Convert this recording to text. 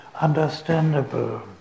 understandable